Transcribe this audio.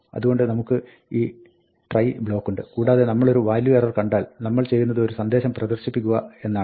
അതുകൊണ്ട് നമുക്ക് ഈ ട്രൈ ബ്ലോക്കുണ്ട് കൂടാതെ നമ്മളൊരു വാല്യു എറർ കണ്ടാൽ നമ്മൾ ചെയ്യുന്നത് ഒരു സന്ദേശം പ്രദർശിപ്പിക്കുക എന്നാണ്